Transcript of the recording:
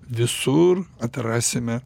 visur atrasime